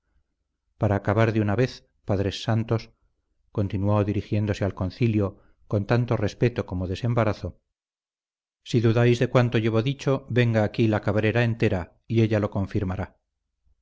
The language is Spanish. para acabar de una vez padres santos continuó dirigiéndose al concilio con tanto respeto como desembarazo si dudáis de cuanto llevo dicho venga aquí la cabrera entera y ella lo confirmará